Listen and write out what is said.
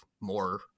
more